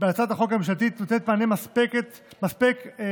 בהצעת החוק הממשלתית נותנת מענה מספק מבחינת